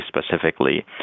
specifically